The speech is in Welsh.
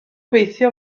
gweithio